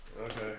Okay